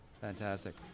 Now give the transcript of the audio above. Fantastic